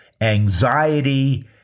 anxiety